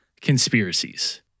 conspiracies